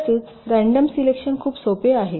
तसेच random selection खूप सोपी आहे